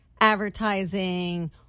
advertising